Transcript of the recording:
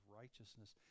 righteousness